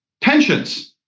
pensions